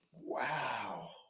Wow